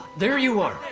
there you are!